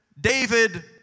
David